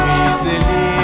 easily